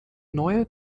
neue